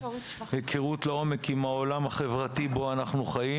היכרות לעומק עם העולם החברתי בו אנחנו חיים